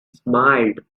smiled